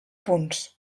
punts